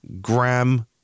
gram